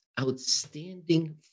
outstanding